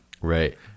Right